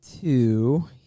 two